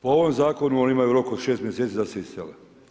Po ovom zakonu oni imaju rok od 6 mjeseci da se isele.